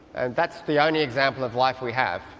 and that's the only example of life we have.